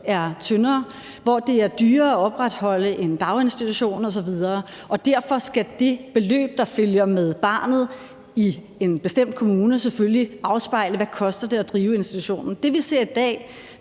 er tyndere, og hvor det er dyrere at opretholde en daginstitution osv., og derfor skal det beløb, der følger med barnet i en bestemt kommune, selvfølgelig afspejle, hvad det koster at drive institutionen. Det, vi ser i dag,